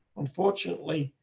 unfortunately,